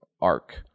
arc